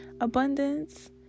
abundance